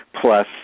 plus